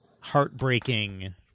heartbreaking